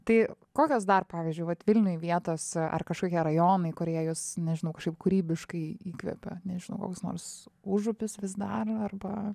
tai kokios dar pavyzdžiui vat vilniuj vietos ar kažkokie rajonai kurie jus nežinau kažkaip kūrybiškai įkvepia nežinau koks nors užupis vis dar arba